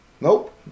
nope